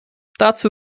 dazu